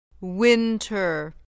winter